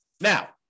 Now